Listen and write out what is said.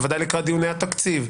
בוודאי לקראת דיוני התקציב,